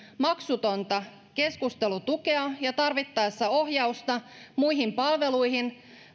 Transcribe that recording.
maksutonta keskustelutukea ja tarvittaessa ohjausta muihin palveluihin